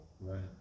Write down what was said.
right